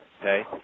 okay